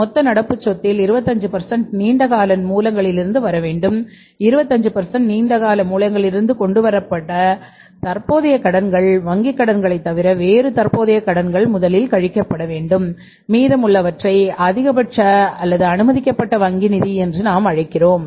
மொத்த நடப்பு சொத்தில் 25 நீண்ட கால மூலங்களிலிருந்து வர வேண்டும் 25 நீண்ட கால மூலங்களிலிருந்து கொண்டு வரப்பட தற்போதைய கடன்கள் வங்கி கடன்களைத் தவிர வேறு தற்போதைய கடன்கள் முதலில் கழிக்கப்பட வேண்டும் மீதம் உள்ளவற்றை அதிகபட்சமாக அனுமதிக்கப்பட்ட வங்கி நிதி என்று நாம் அழைக்கிறோம்